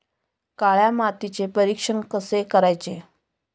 काळ्या मातीचे परीक्षण कसे करायचे?